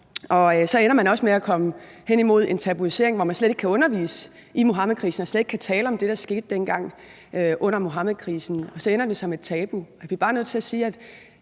Så ender man også med at komme hen imod en tabuisering, hvor man slet ikke kan undervise i Muhammedkrisen og slet ikke kan tale om det, der skete dengang under Muhammedkrisen, og så ender det som tabu.